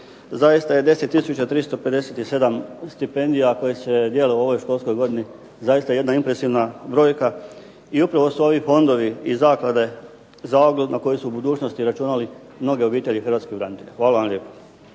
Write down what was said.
Zaista je 10 357 stipendija koje se dijele u ovoj školskoj godini zaista jedna impresivna brojka i upravo su ovi fondovi i zaklade zalog na koji su u budućnosti računali mnoge obitelji hrvatskih branitelja. Hvala vam lijepo.